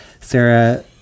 Sarah